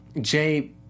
Jay